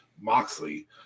Moxley